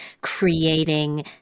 creating